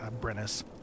Brennis